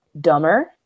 dumber